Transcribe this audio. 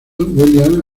williams